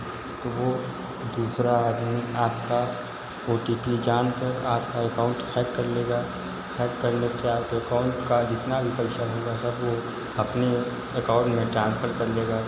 तो वह दूसरा आदमी आपका ओ टी पी जानकर आपका एकाउन्ट हैक कर लेगा हैक कर ले क्या तो एकाउन्ट का जितना भी पैसा होगा सब वह अपने एकाउन्ट में ट्रांसफर कर लेगा